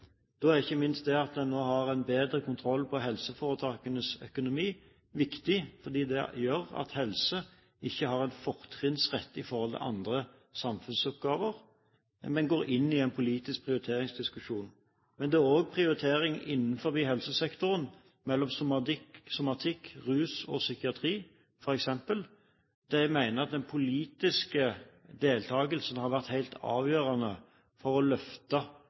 Da er det ikke minst viktig at en har bedre kontroll på helseforetakenes økonomi, for helse har ikke en fortrinnsrett i forhold til andre samfunnsoppgaver, men går inn i en politisk prioriteringsdiskusjon. Men det er også prioriteringer innenfor helsesektoren, mellom f.eks. somatikk, rusfelt og psykiatri. Der mener jeg at den politiske deltakelsen har vært helt avgjørende for å løfte